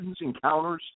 encounters